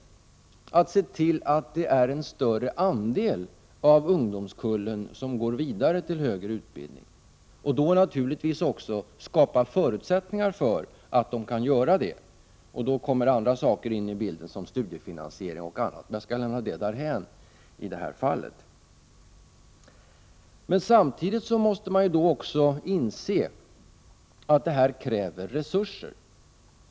Vi behöver se till att en större andel av ungdomskullen går vidare till högre utbildning. Därför gäller det, naturligtvis, att skapa förutsättningar för ungdomarna att göra det. Då kommer också andra saker in i bilden — studiefinansiering etc. —, men jag lämnar dessa därhän i det här fallet. Samtidigt måste man inse att det krävs resurser.